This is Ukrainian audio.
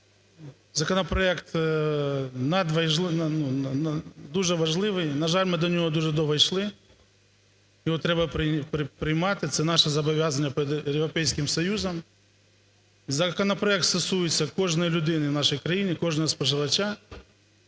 Законопроект дуже важливий, на жаль, ми до нього дуже довго йшли, його треба приймати, це наше зобов'язання перед Європейським Союзом. Законопроект стосується кожної людини в нашій країні, кожного споживача.